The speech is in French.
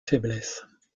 faiblesses